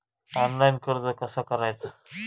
Online कर्ज कसा करायचा?